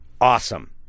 awesome